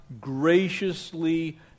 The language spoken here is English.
graciously